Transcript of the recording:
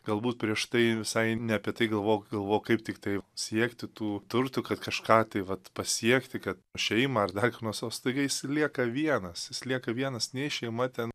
galbūt prieš tai visai ne apie tai galvok galvok kaip tiktai siekti tų turtų kad kažką tai vat pasiekti kad šeimą ar dar ko nors nors staigia jis lieka vienas jis lieka vienas nei šeima ten